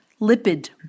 lipid